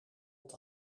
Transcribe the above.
het